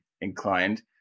inclined